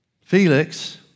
Felix